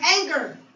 anger